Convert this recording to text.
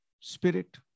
Spirit